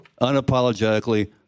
unapologetically